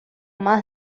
más